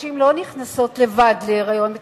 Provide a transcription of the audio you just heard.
נשים לא נכנסות לבד להיריון,